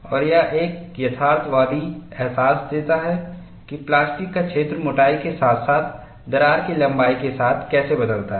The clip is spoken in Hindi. और यह एक यथार्थवादी एहसास देता है कि प्लास्टिक का क्षेत्र मोटाई के साथ साथ दरार की लंबाई के साथ कैसे बदलता है